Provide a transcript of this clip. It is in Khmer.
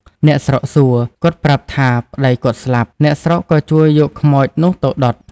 អ្នកស្រុកសួរ, គាត់ប្រាប់ថា "ប្តីគាត់ស្លាប់" អ្នកស្រុកក៏ជួយយកខ្មោចនោះទៅដុត,